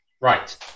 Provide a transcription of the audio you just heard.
Right